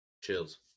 chills